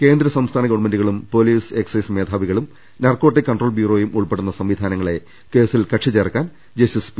കേന്ദ്ര സംസ്ഥാന ഗവൺമെന്റുകളും പൊലീസ് എക്സൈസ് മേധാവികളും നാർക്കോട്ടിക് കൺട്രോൾ ബ്യൂറോയും ഉൾപ്പെടുന്ന സംവിധാനങ്ങളെ കേസിൽ കക്ഷികളായി ചേർക്കാൻ ജസ്റ്റിസ് പി